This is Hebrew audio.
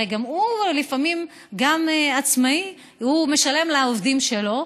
הרי גם עצמאי משלם לעובדים שלו,